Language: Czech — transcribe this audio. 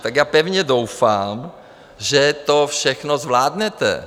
Tak já pevně doufám, že to všechno zvládnete.